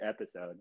episode